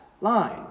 line